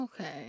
okay